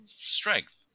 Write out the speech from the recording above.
strength